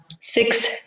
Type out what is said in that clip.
six